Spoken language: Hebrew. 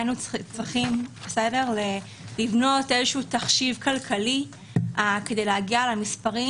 היינו צרכים לבנות איזשהו תחשיב כלכלי כדי להגיע למספרים.